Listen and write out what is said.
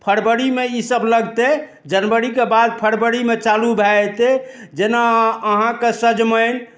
फरवरीमे ई सभ लगतै जनवरीके बाद फरवरीमे चालू भए जेतै ई जेना अहाँके सजमनि